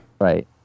Right